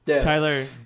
Tyler